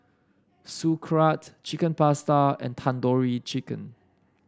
Sauerkraut Chicken Pasta and Tandoori Chicken